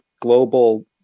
global